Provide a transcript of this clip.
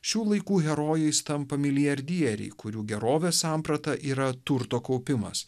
šių laikų herojais tampa milijardieriai kurių gerovės samprata yra turto kaupimas